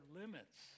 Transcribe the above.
limits